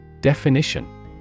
Definition